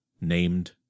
named